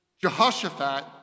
Jehoshaphat